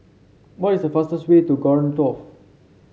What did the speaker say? what is the fastest way to Khartoum